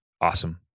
awesome